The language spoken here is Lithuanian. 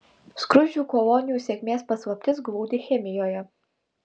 skruzdžių kolonijų sėkmės paslaptis glūdi chemijoje